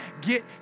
get